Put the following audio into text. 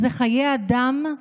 זה חיי אדם,